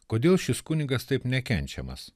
kodėl šis kunigas taip nekenčiamas